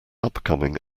upcoming